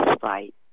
fight